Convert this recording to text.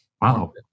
Wow